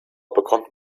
bekommt